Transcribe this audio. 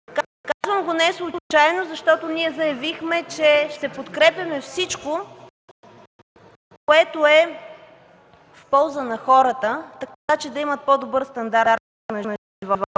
Казвам го неслучайно, защото ние заявихме, че ще подкрепяме всичко, което е в полза на хората, така че да имат по-добър стандарт на живот.